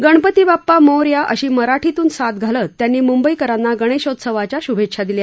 गणपती बाप्पा मोरया अशी मराठीतून साद घालत त्यांनी मुंबईकरांना गणेशोत्सवाच्या शुभेच्छा दिल्या